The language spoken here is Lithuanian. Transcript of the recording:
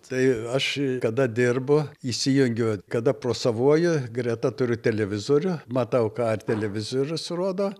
tai aš kada dirbu įsijungiu kada prosavoju greta turiu televizorių matau ką ir televizorius rodo